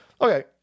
okay